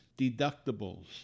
deductibles